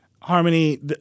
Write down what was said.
Harmony